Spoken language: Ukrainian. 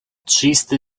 чисте